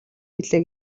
билээ